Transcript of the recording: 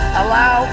allow